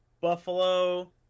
Buffalo